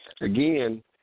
Again